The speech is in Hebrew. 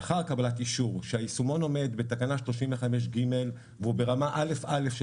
לאחר קבלת אישור שהיישומון עומד בתקנה 35(ג) והוא ברמה AA של